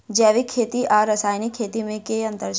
जैविक खेती आ रासायनिक खेती मे केँ अंतर छै?